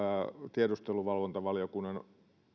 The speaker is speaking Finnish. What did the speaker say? tiedusteluvalvontavaliokunnan